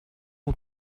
ему